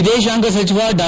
ವಿದೇಶಾಂಗ ಸಚಿವ ಡಾ